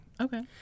Okay